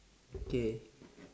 okay